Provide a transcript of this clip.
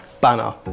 banner